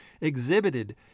exhibited